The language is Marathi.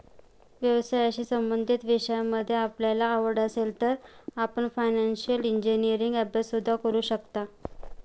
व्यवसायाशी संबंधित विषयांमध्ये आपल्याला आवड असेल तर आपण फायनान्शिअल इंजिनीअरिंगचा अभ्यास सुद्धा करू शकता